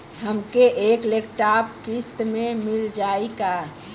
हमके एक लैपटॉप किस्त मे मिल जाई का?